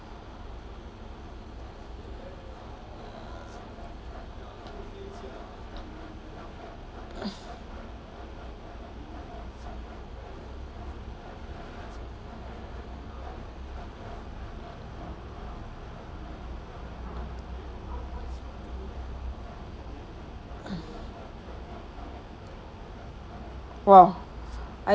!wah! I